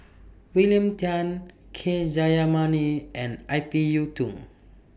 William Tan K Jayamani and I P Yiu Tung